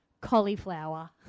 Cauliflower